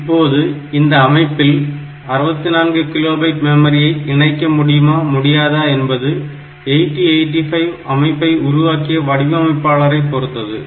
இப்போது இந்த அமைப்பு 64 கிலோ பைட் மெமரியை இணைக்க முடியுமா முடியாதா என்பது 8085 அமைப்பை உருவாக்கிய வடிவமைப்பாளரை பொறுத்தது